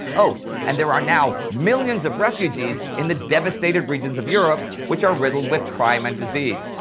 oh, and there are now millions of refugees in the devastated regions of europe, which are riddled with crime and disease.